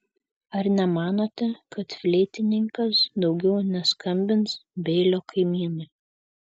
ar nemanote kad fleitininkas daugiau neskambins beilio kaimynui